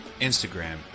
Instagram